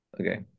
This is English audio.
Okay